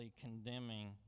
condemning